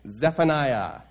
Zephaniah